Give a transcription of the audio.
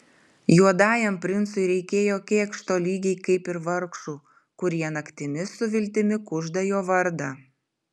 juodajam princui reikėjo kėkšto lygiai kaip ir vargšų kurie naktimis su viltimi kužda jo vardą